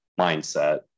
mindset